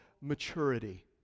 Maturity